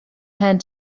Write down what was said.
hand